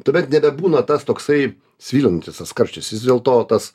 tuomet nebebūna tas toksai svilinantis karštis vis dėlto tas